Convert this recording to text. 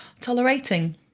tolerating